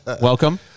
welcome